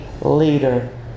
leader